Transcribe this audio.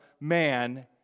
man